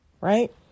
Right